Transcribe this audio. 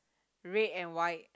red and white